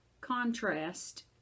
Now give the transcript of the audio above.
contrast